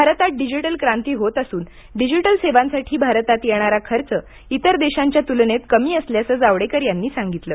भारतात डिजिटल क्रांती होत असून डिजिटल सेवांसाठी भारतात येणारा खर्च इतर देशांच्या तुलनेत कमी असल्याचं जावडेकर यांनी सांगितलं